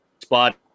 spot